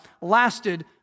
lasted